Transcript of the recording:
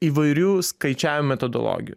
įvairių skaičiavimo metodologijų